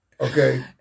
Okay